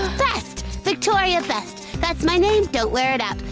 best! victoria best. that's my name, don't wear it out.